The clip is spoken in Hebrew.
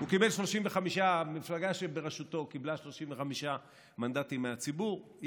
המפלגה שבראשותו קיבלה 35 מנדטים מהציבור,